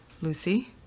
Lucy